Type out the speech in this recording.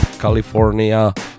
California